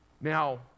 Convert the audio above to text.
Now